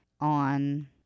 on